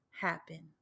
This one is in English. happen